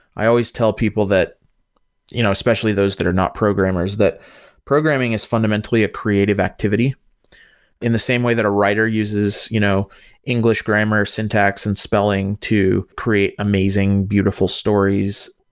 i always tell people that you know especially those that are not programmers, that programming is fundamentally a creative activity in the same way the writer uses you know english, grammar, syntax and spelling to create amazing, beautiful stories.